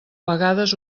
vegades